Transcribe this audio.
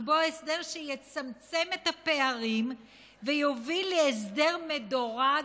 לקבוע הסדר שיצמצם את הפערים ויוביל להסדר מדורג,